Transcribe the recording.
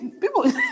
people